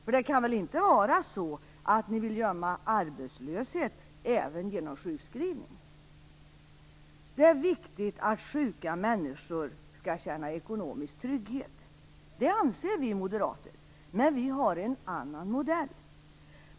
Ni vill väl inte dölja arbetslöshet även med hjälp av sjukskrivning? Det är viktigt att sjuka människor skall känna ekonomisk trygghet. Det anser vi moderater. Men vi har en annan modell.